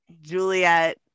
Juliet